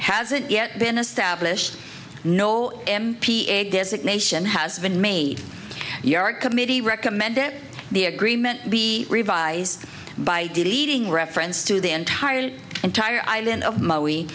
hasn't yet been established no m p a designation has been made yard committee recommend that the agreement be revised by deleting reference to the entire the entire island of maui